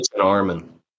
armin